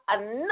enough